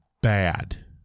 bad